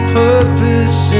purpose